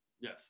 Yes